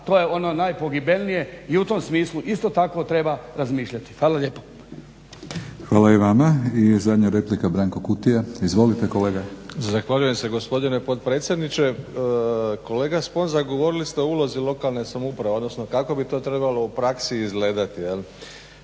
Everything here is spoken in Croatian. onda ono najpogibeljnije. I u tom smislu isto tako treba razmišljati. Hvala lijepa. **Batinić, Milorad (HNS)** Hvala i vama. I zadnja replika, Branko Kutija. Izvolite kolega. **Kutija, Branko (HDZ)** Zahvaljujem se gospodine potpredsjedniče. Kolega Sponza govorili ste o ulozi lokalne samouprave, odnosno kako bi to trebalo u praksi izgledati